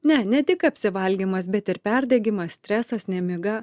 ne ne tik apsivalgymas bet ir perdegimas stresas nemiga